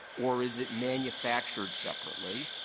or is it manufactured separately.